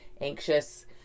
anxious